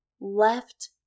left